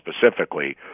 specifically